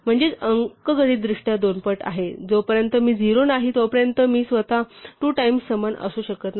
म्हणजे अंकगणितदृष्ट्या दोन पट आहे जोपर्यंत मी 0 नाही तोपर्यंत मी स्वतः टू टाईम्स समान असू शकत नाही